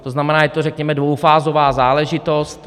To znamená, je to řekněme dvoufázová záležitost.